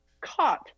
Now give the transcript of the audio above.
caught